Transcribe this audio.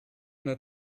not